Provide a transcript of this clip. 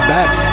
Beth